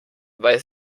weiß